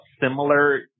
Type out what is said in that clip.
similar